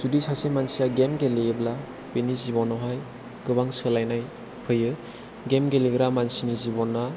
जुदि सासे मानसिया गेम गेलेयोब्ला बिनि जिब'नावहाय गोबां सोलायनाय फैयो गेम गेलेग्रा मानसिनि जिब'ना